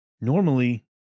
Normally